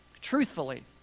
Truthfully